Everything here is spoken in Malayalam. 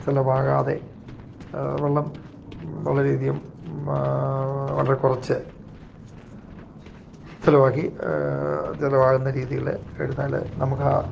ചിലവാകാതെ വെള്ളം വളരെ അധികം വളരെ കുറച്ചു ചിലവാക്കി ചിലവാകുന്ന രീതിയിൽ എടുത്താൽ നമുക്ക് ആ